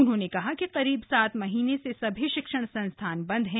उन्होंने कहा कि करीब सात महीने से सभी शिक्षण संस्थान बंद हैं